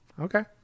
Okay